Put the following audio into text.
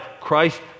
Christ